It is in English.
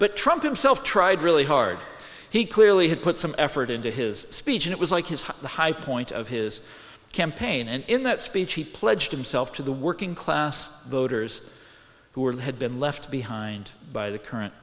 but trump himself tried really hard he clearly had put some effort into his speech and it was like his the high point of his campaign and in that speech he pledged himself to the working class voters who were who had been left behind by the current